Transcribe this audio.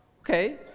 Okay